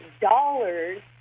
dollars